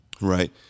Right